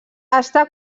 està